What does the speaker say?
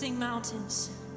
mountains